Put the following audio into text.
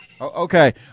Okay